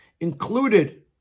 included